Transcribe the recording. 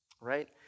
right